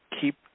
Keep